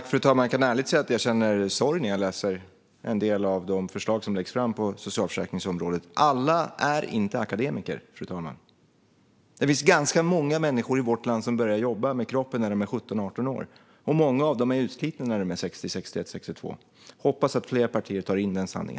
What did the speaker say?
Fru talman! Jag kan ärligt säga att jag känner sorg när jag läser en del av de förslag som läggs fram på socialförsäkringsområdet. Alla är inte akademiker, fru talman. Det finns ganska många människor i vårt land som börjar jobba med kroppen när de är 17-18 år, och många av dem är utslitna när de är 60-62 år. Jag hoppas att fler partier tar in denna sanning.